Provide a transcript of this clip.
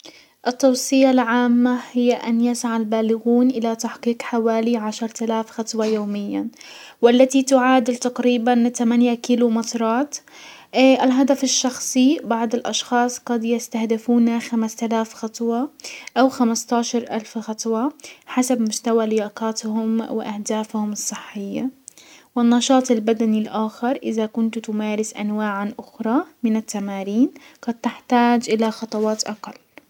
التوصية العامة هي ان يسعى البالغون الى تحقيق حوالي عشر تلاف خطوة يوميا والتي تعادل تقريبا تمانية كيلومترات. الهدف الشخصي، بعض الاشخاص قد يستهدفون خمس الاف خطوة او خمسةعشر الف خط حسب مستوى لياقاتهم واهدافهم الصحية، والنشاط البدني الاخر، ازا كنت تمارس انواعا اخرى من التمارين قد تحتاج الى خطوات اقل.